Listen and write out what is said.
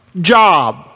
job